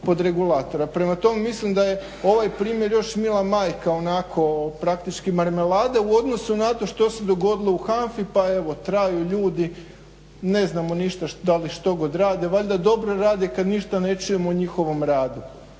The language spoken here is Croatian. pod regulatora. Prema tome, mislim da je ovaj primjer još mila majka onako praktički marmelada u odnosu na to što se dogodilo u HANFA-i pa evo traju ljudi, ne znamo ništa da li štogod rade, valjda dobro rade kad ništa ne čujemo o njihovom radu.